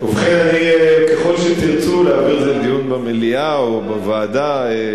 ובכן, ככל שתרצו, להעביר לדיון במליאה או בוועדה.